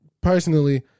personally